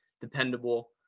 dependable